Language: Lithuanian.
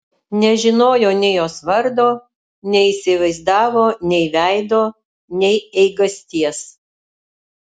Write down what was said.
nežinojo nei jos vardo neįsivaizdavo nei veido nei eigasties